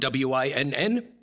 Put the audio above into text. WINN